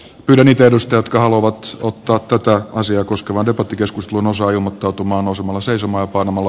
ylimitoitusta jotka luovaksi mutta tätä asiaa koskeva debattikeskus on osa ilmoittautumaan osumalla arvoisa puhemies